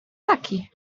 taki